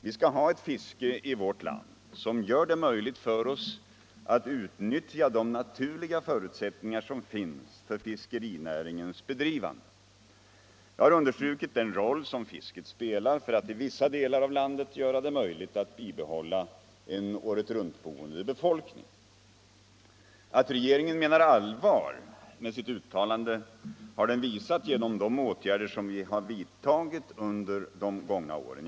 Vi skall ha ett fiske i vårt land som gör det möjligt för oss att utnyttja de naturliga förutsättningar som finns för fiskerinäringens bedrivande. Jag har understrukit den roll som fisket spelar för att i vissa delar av landet göra det möjligt att bibehålla en åretruntboende befolkning. Att regeringen menar allvar med sitt uttalande har den visat genom de åtgärder som den har vidtagit under de gångna åren.